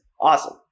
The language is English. Awesome